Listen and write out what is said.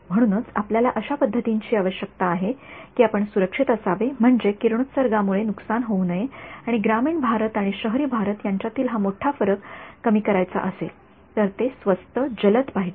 म्हणूनच आपल्याला अशा पद्धतींची आवश्यकता आहे की आपण सुरक्षित असावे म्हणजे किरणोत्सर्गामुळे नुकसान होऊ नये आणि ग्रामीण भारत आणि शहरी भारत यांच्यातील हा मोठा फरक कमी करायचा असेल तर ते स्वस्त जलद पाहिजे